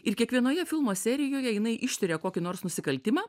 ir kiekvienoje filmo serijoje jinai ištiria kokį nors nusikaltimą